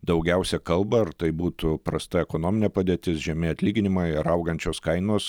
daugiausia kalba ar tai būtų prasta ekonominė padėtis žemi atlyginimai ar augančios kainos